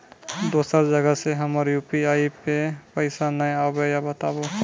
दोसर जगह से हमर यु.पी.आई पे पैसा नैय आबे या बताबू?